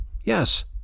Yes